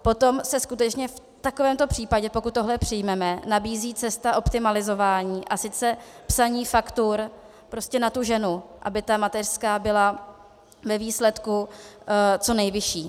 Potom se skutečně v takovémto případě, pokud tohle přijmeme, nabízí cesta optimalizování, a sice psaní faktur prostě na tu ženu, aby mateřská byla ve výsledku co nejvyšší.